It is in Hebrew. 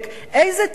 איזה צדק?